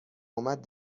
اومد